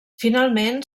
finalment